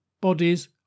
bodies